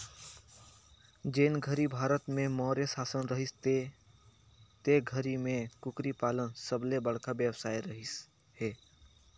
जेन घरी भारत में मौर्य सासन रहिस ते घरी में कुकरी पालन सबले बड़खा बेवसाय रहिस हे